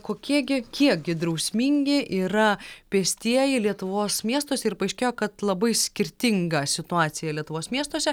kokie gi kiek gi drausmingi yra pėstieji lietuvos miestuose ir paaiškėjo kad labai skirtinga situacija lietuvos miestuose